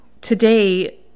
today